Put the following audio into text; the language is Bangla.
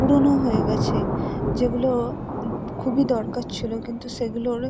পুরোনো হয়ে গেছে যেগুলো খুবই দরকার ছিলো কিন্তু সেগুলোর